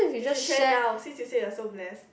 you should share now since you say you're so blessed